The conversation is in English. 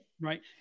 Right